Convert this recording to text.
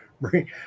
Bring